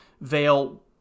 veil